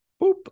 boop